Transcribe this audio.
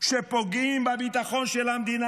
שפוגעים בביטחון של המדינה.